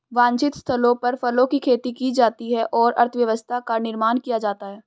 वांछित स्थलों पर फलों की खेती की जाती है और अर्थव्यवस्था का निर्माण किया जाता है